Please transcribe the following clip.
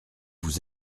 vous